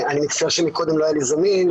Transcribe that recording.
אני מצטער שמקודם לא הייתי זמין.